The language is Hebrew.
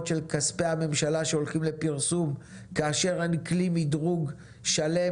של כספי הממשלה שהולכים לפרסום כאשר אין כלי מדרוג שלם,